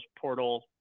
portal